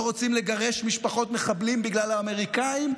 לא רוצים לגרש משפחות מחבלים בגלל האמריקאים,